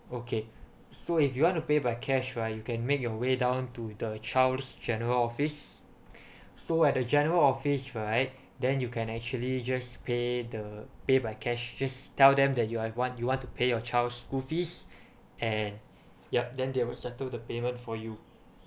okay so if you want to pay by cash right you can make your way down to the child's general office so at the general office right then you can actually just pay the pay by cash just tell them that you are want you want to pay your child's school fees and yup then they will settle the payment for you